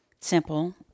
simple